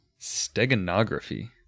Steganography